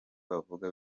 bavuga